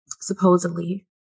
supposedly